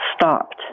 stopped